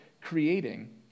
creating